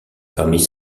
parmi